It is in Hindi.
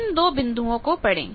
इन दो बिंदुओं को पढ़े